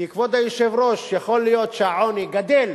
כי, כבוד היושב-ראש, יכול להיות שהעוני גדֵל